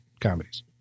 comedies